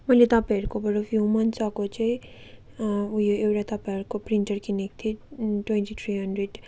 मैले तपाइँहरूकोबाट few months ago चाहिँ एउटा ऊ यो तपाईँहरूको प्रिन्टर किनेको थिएँ ट्वेन्टी थ्री हन्ड्रेड